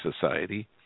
society